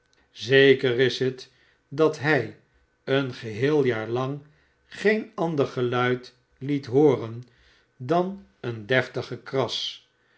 zeker is het dat hij een geheel jaar lang seen ander geluid liet hooren dan een deftig gekras